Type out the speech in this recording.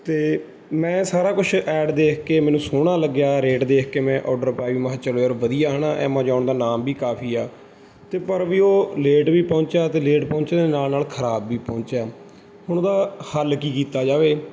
ਅਤੇ ਮੈਂ ਸਾਰਾ ਕੁਛ ਐਡ ਦੇਖ ਕੇ ਮੈਨੂੰ ਸੋਹਣਾ ਲੱਗਿਆ ਰੇਟ ਦੇਖ ਕੇ ਮੈਂ ਆਰਡਰ ਪਾਈ ਮੈਂ ਕਿਹਾ ਚੱਲੋ ਯਾਰ ਵਧੀਆ ਹੈ ਨਾ ਐਮਾਜ਼ੋਨ ਦਾ ਨਾਮ ਵੀ ਕਾਫ਼ੀ ਆ ਅਤੇ ਪਰ ਵੀ ਉਹ ਲੇਟ ਵੀ ਪਹੁੰਚਿਆ ਅਤੇ ਲੇਟ ਪਹੁੰਚਣ ਦੇ ਨਾਲ ਨਾਲ ਖ਼ਰਾਬ ਵੀ ਪਹੁੰਚਿਆ ਹੁਣ ਉਹਦਾ ਹੱਲ ਕੀ ਕੀਤਾ ਜਾਵੇ